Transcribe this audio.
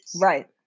Right